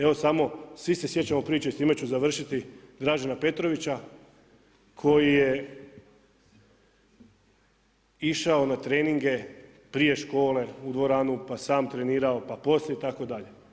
Evo samo, svi se sjećamo priče i s time ću završiti, Dražena Petrovića, koji je išao na treninge prije škole, u dvoranu pa sam trenirao, pa poslije itd.